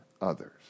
others